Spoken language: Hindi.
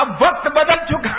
अब वक्त बदल चुका है